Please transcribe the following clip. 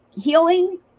healing